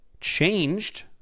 changed